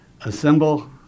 assemble